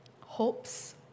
Hopes